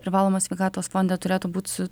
privalomo sveikatos fonde turėtų būti su